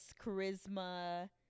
charisma